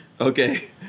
Okay